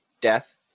death